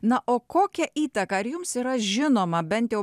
na o kokią įtaką jums yra žinoma bent jau